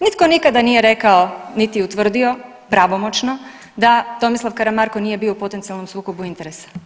Nitko nikada nije rekao niti utvrdio pravomoćno da Tomislav Karamarko nije bio u potencijalnom sukobu interesa.